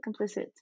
complicit